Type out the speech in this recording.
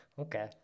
Okay